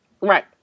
right